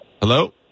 Hello